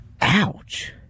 Ouch